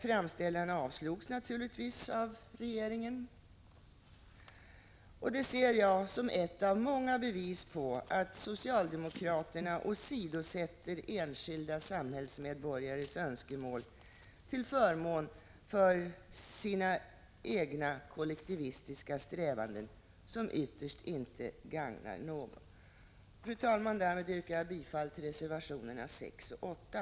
Framställan avslogs naturligtvis av regeringen, och det ser jag som ett av många bevis på att socialdemokraterna åsidosätter enskilda samhällsmedborgares önskemål till förmån för sina egna kollektivistiska strävanden — som ytterst inte gagnar någon. Fru talman! Därmed yrkar jag bifall till reservationerna 6 och 8.